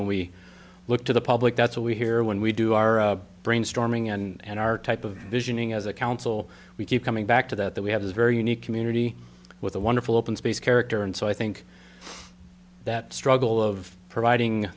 when we look to the public that's what we hear when we do our brainstorming and our type of visioning as a council we keep coming back to that we have a very unique community with a wonderful open space character and so i think that struggle of providing